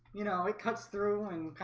you know it cuts through and